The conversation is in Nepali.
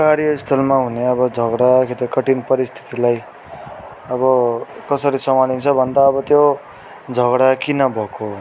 कार्यस्थलमा हुने अब झगडा कि त कठिन परिस्थितिलाई अब कसरी समालिन्छ भन्दा अब त्यो झगडा किन भएको हो